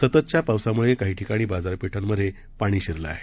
सततच्या पावसामुळे काही ठिकाणी बाजारपेठांमधे पाणी शिरलं आहे